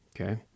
okay